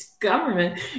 government